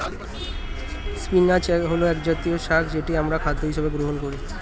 spinach হল একজাতীয় শাক যেটি আমরা খাদ্য হিসেবে গ্রহণ করি